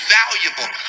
valuable